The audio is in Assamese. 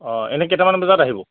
অঁ এনেই কেইটামান বজাত আহিব